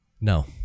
No